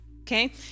Okay